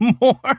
more